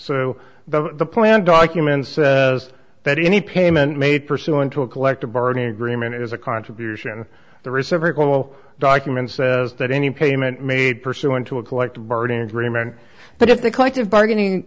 so the plan documents say that any payment made pursuant to a collective bargaining agreement is a contribution the reciprocal document says that any payment made pursuant to a collective bargaining agreement but if the collective bargaining